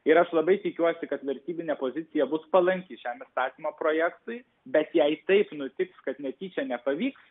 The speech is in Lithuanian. ir aš labai tikiuosi kad vertybinė pozicija bus palanki šiam įstatymo projektui bet jei taip nutiks kad netyčia nepavyks